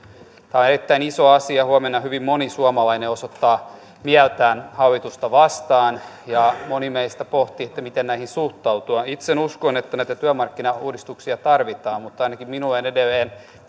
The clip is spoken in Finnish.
on erittäin iso asia huomenna hyvin moni suomalainen osoittaa mieltään hallitusta vastaan ja moni meistä pohtii että miten näihin suhtautua itse uskon että näitä työmarkkinauudistuksia tarvitaan mutta ainakin minulle on edelleen